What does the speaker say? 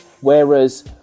whereas